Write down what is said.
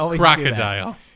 Crocodile